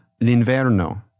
L'Inverno